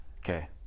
Okay